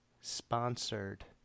sponsored